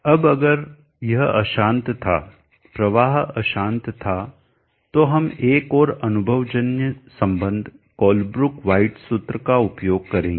अब अगर यह अशांत था प्रवाह अशांत था तो हम एक और अनुभवजन्य संबंध कोलेब्रुक वाइट सूत्र का उपयोग करेंगे